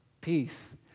Peace